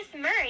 Murray